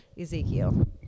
Ezekiel